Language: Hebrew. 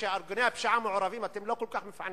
כשארגוני הפשיעה מעורבים אתם לא כל כך מפענחים.